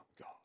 God